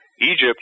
Egypt